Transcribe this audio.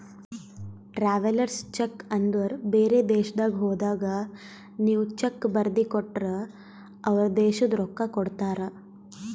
travellers cheque ಅಂದುರ್ ಬೇರೆ ದೇಶದಾಗ್ ಹೋದಾಗ ನೀವ್ ಚೆಕ್ ಬರ್ದಿ ಕೊಟ್ಟರ್ ಅವ್ರ ದೇಶದ್ ರೊಕ್ಕಾ ಕೊಡ್ತಾರ